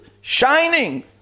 shining